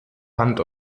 rand